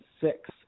six